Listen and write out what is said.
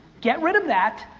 get rid of that,